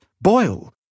boil